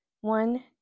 One